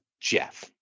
Jeff